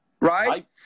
Right